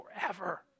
forever